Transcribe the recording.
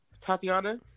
Tatiana